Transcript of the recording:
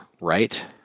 right